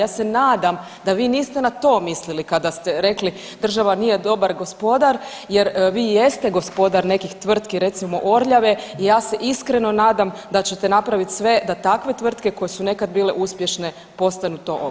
Ja se nadam da vi niste na to mislili kada ste rekli, država nije dobar gospodar jer vi jeste gospodar nekih tvrtki, recimo Orljave i ja se iskreno nadam da ćete napraviti sve da takve tvrtke koje su nekad bile uspješne postanu to opet.